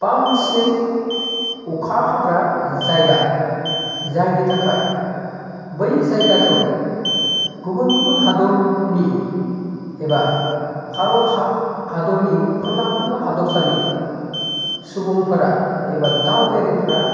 बांसिनै अखा हाग्रा जायगा जायनि थाखाय बै जायगाखौ गुबुन गुबुन हादरनि एबा भारत हादरनि खना खनला हादरसानि सुबुंफोरा एबा दावबायारिफोरा